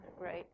Right